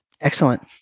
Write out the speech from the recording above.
Excellent